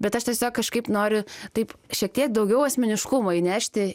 bet aš tiesiog kažkaip noriu taip šiek tiek daugiau asmeniškumo įnešti